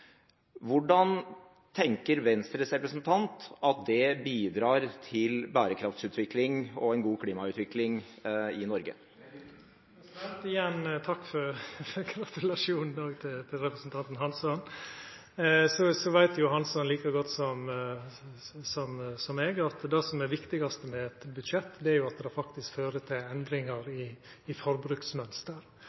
Hvordan tenker Venstres representant at dette bidrar til bærekraftutvikling og en god klimautvikling i Norge? Igjen takk for gratulasjonen – også til representanten Hansson. Hansson veit like godt som meg at det som er viktigast med eit budsjett, er at det faktisk fører til endringar i forbruksmønsteret. Dette er eit budsjett som for første gong i